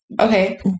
Okay